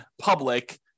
public